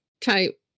type